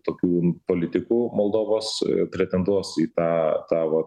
tokių politikų moldovos pretenduos į tą tą va